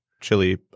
chili